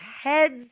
heads